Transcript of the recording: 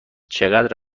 چقدر